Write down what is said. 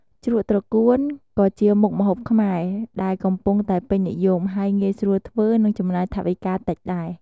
ជ្រក់ត្រកួនក៏ជាមុខម្ហូបខ្មែរដែលកំពុងតែពេញនិយម ហើយងាយស្រួលធ្វើ និងចំណាយថវិកាតិចដែរ។